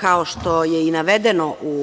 kao što je i navedeno u